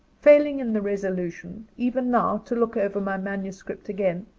failing in the resolution, even now, to look over my manuscript again,